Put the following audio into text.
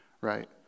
Right